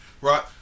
right